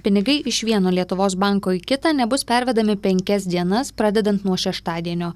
pinigai iš vieno lietuvos banko į kitą nebus pervedami penkias dienas pradedant nuo šeštadienio